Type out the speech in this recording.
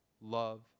love